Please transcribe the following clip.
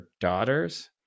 daughters